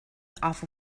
awful